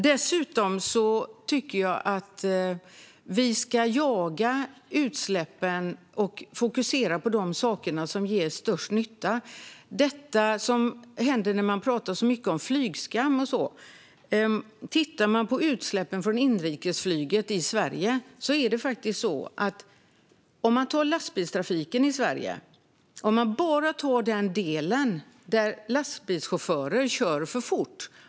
Dessutom tycker jag att vi ska jaga utsläppen och fokusera på de saker som ger störst nytta. När det gäller flygskam och sådant kan man titta på utsläppen från inrikesflyget i Sverige och jämföra med lastbilstrafiken i Sverige och bara titta på utsläppen från när lastbilschaufförer kör för fort.